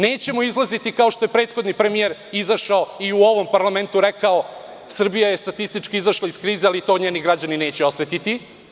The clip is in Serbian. Nećemo izlaziti, kao što je prethodni premijer izašao u ovom parlamentu rekao – Srbija je statistički izašla iz krize, ali to njeni građani neće osetiti.